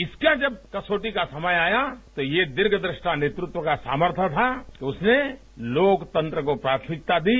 इसका जब कसौटी का समय आया तो यह दीर्घ द्रष्टा नेतृत्व का सामर्थय था कि उसने लोकतंत्र को प्राथमिकता दी